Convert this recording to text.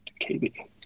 KB